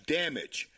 damage